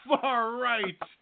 far-right